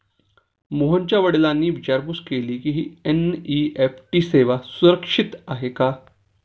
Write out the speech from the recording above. मोहनच्या वडिलांनी विचारपूस केली की, ही एन.ई.एफ.टी सेवा सुरक्षित आहे का?